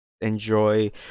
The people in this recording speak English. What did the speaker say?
enjoy